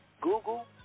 Google